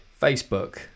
Facebook